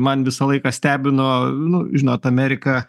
man visą laiką stebino nu žinot amerika